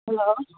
hello